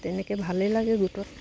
তেনেকৈ ভালেই লাগে গোটত